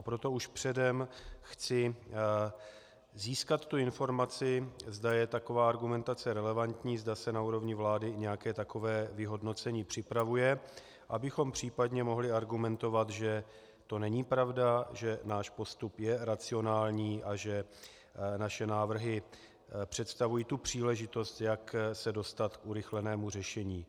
Proto už předem chci získat tu informaci, zda je taková argumentace relevantní, zda se na úrovni vlády nějaké takové vyhodnocení připravuje, abychom případně mohli argumentovat, že to není pravda, že náš postup je racionální a že naše návrhy představují tu příležitost, jak se dostat k urychlenému řešení.